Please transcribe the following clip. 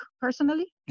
personally